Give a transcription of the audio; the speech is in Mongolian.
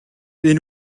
энэ